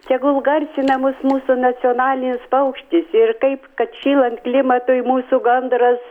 tegul garsina mus mūsų nacionalinis paukštis ir kaip kad šylant klimatui mūsų gandras